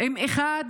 עם אחד